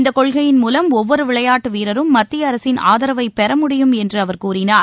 இந்த கொள்கையின் மூலம் ஒவ்வொரு விளையாட்டு வீரரும் மத்திய அரசின் ஆதரவை பெற முடியும் என்று அவர் கூறினார்